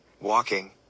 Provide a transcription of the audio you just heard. walking